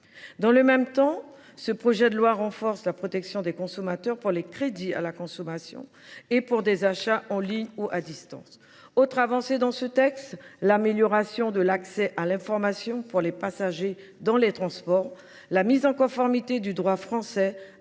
Dans le même temps, ce projet de loi renforce la protection des consommateurs pour les crédits à la consommation, ainsi que pour des achats en ligne ou à distance. Une autre avancée de ce texte est l’amélioration de l’accès à l’information pour les passagers dans les transports. La mise en conformité du droit français avec